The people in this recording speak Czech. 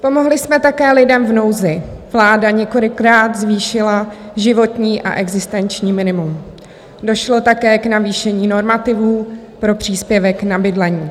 Pomohli jsme také lidem v nouzi, vláda několikrát zvýšila životní a existenční minimum, došlo také k navýšení normativů pro příspěvek na bydlení.